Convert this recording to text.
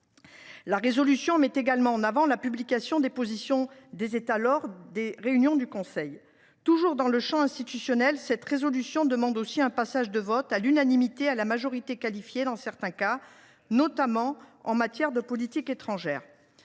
La résolution met également en avant la publication des positions des États lors des réunions du Conseil. Toujours dans le champ institutionnel, cette résolution prévoit un passage du vote à l’unanimité au vote à la majorité qualifiée dans certains cas, notamment en matière de politique étrangère.